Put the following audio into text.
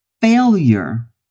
failure